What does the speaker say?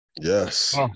Yes